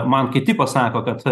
man kiti pasako kad